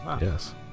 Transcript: yes